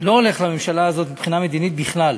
לא הולך לממשלה הזאת מבחינה מדינית בכלל.